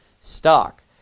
stock